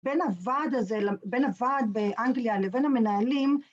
בין הוועד הזה, בין הוועד באנגליה לבין המנהלים